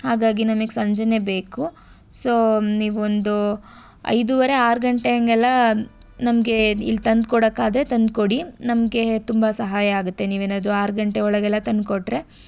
ಹಾಗಾಗಿ ನಮಿಗೆ ಸಂಜೆಯೇ ಬೇಕು ಸೋ ನೀವು ಒಂದು ಐದುವರೆ ಆರು ಗಂಟೆ ಹಂಗೆಲ್ಲ ನಮಗೆ ಇಲ್ಲಿ ತಂದುಕೊಡೋಕಾದ್ರೆ ತಂದುಕೊಡಿ ನಮಗೆ ತುಂಬ ಸಹಾಯ ಆಗುತ್ತೆ ನೀವೇನಾದ್ರೂ ಆರು ಗಂಟೆ ಒಳಗೆಲ್ಲ ತಂದುಕೊಟ್ರೆ